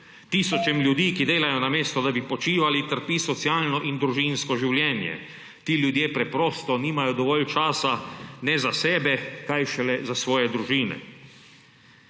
Tisočem ljudem, ki delajo, namesto da bi počivali, trpi socialno in družinsko življenje. Ti ljudje preprosto nimajo dovolj časa ne za sebe, kaj šele za svoje družine.